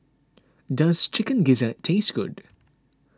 does Chicken Gizzard taste good